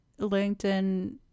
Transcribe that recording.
LinkedIn